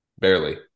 Barely